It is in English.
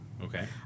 Okay